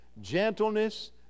gentleness